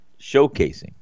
showcasing